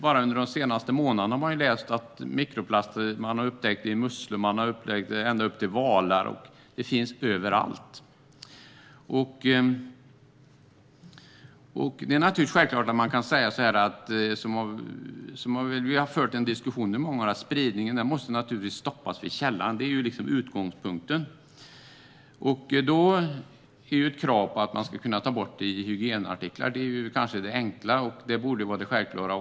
Bara under de senaste månaderna har vi läst att man har upptäckt mikroplaster i musslor och till och med i valar. De finns överallt. Vi har fört en diskussion om att spridningen naturligtvis måste stoppas vid källan. Det är utgångspunkten. Då finns det krav på att de ska kunna tas bort i hygienartiklar. Det är kanske det enkla och borde vara det självklara.